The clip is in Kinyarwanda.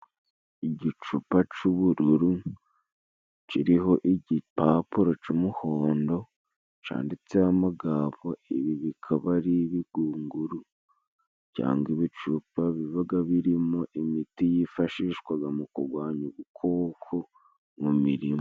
Igicupa c'ubururu kiriho igipapuro c'umuhondo, canditseho amagambo ibi bikaba ari ibigunguru cangwa ibicupa bibaga birimo imiti yifashishwaga mu kugwanya udukoko mu mirima.